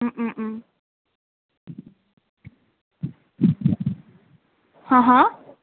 হা হা